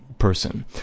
person